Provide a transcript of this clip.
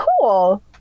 cool